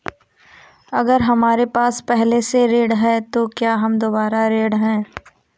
अगर हमारे पास पहले से ऋण है तो क्या हम दोबारा ऋण हैं?